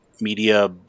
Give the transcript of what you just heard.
media